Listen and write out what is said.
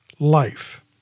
Life